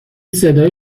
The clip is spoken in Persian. صدای